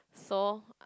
so